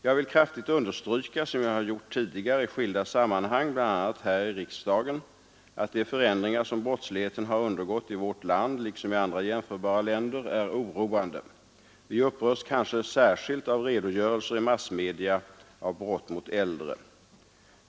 Jag vill kraftigt understryka som jag har gjort tidigare i skilda sammanhang, bl.a. här i riksdagen — att de förändringar som brottsligheten har undergått i vårt land liksom i andra jämförbara länder är oroande. Vi upprörs kanske särskilt av redogörelser i massmedia av brott mot äldre.